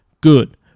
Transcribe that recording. Good